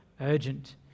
urgent